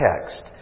text